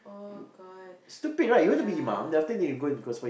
oh god yeah